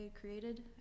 created